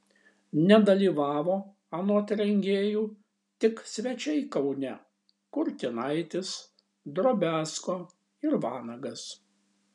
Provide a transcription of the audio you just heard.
nedalyvavo anot rengėjų tik svečiai kaune kurtinaitis drobiazko ir vanagas